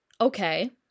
okay